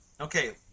Okay